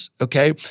Okay